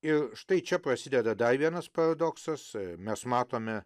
ir štai čia prasideda dar vienas paradoksas mes matome